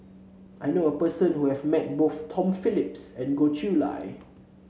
I knew a person who has met both Tom Phillips and Goh Chiew Lye